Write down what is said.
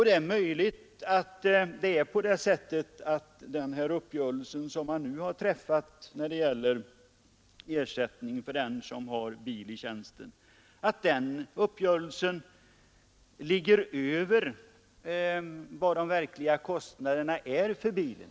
Det är möjligt att den uppgörelse som nu har träffats när det gäller ersättning för användande av egen bil i tjänsten ligger över de verkliga kostnaderna för bilen.